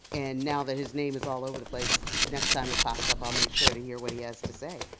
and now that his name is all over the place, next time it pops up i'll make sure to hear what he has to say.